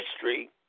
history